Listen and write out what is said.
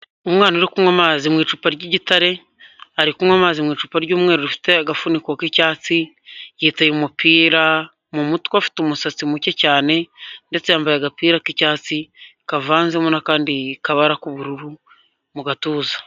Umwana uri kunywa amazi mu icupa ry'igitare, ari kunywa amazi mu icupa ry'umweru rifite agafuniko k'icyatsi, yiteye umupira mu mutwe, afite umusatsi muke cyane, ndetse yambaye agapira k'icyatsi kavanzemo n'akandi kabara k'ubururu, mu gatuza.